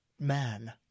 Man